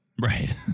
right